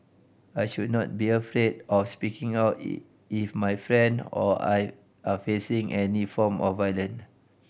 I should not be afraid of speaking out if my friend or I are facing any form of violent